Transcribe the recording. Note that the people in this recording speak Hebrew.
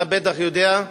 אתה בטח יודע,